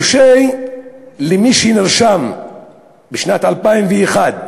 מורשה הוא מי שנרשם בשנת 2001,